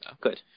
Good